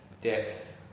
depth